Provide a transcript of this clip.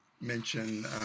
mention